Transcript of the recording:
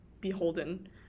beholden